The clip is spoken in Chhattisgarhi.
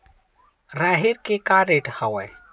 राहेर के का रेट हवय?